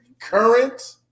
current